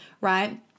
right